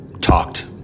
talked